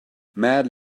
man